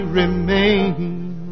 remain